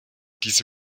diese